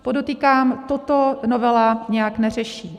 Podotýkám, že toto novela nijak neřeší.